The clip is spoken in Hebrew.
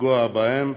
לפגוע בהם,